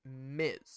Miz